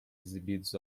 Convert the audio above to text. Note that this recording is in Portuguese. exibidos